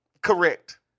Correct